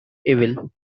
evil